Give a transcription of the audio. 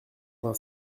vingt